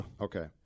Okay